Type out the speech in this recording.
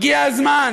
הגיע הזמן